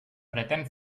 pretén